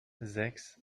sechs